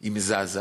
היא מזעזעת.